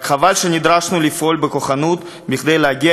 רק חבל שנדרשנו לפעול בכוחנות כדי להגיע